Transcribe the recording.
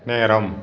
நேரம்